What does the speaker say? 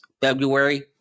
February